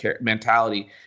mentality